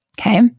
Okay